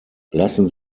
lassen